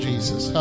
Jesus